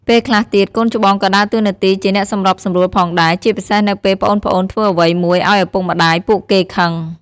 ពេលខ្លះទៀត កូនច្បងក៏ដើរតួនាទីជាអ្នកសម្របសម្រួលផងដែរ ជាពិសេសនៅពេលប្អូនៗធ្វើអ្វីមួយឱ្យឪពុកម្ដាយពួកគេខឹង។